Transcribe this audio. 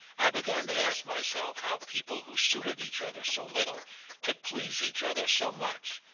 i began to ask myself how people who suited each other so little could please each other so much.